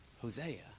Hosea